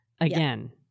again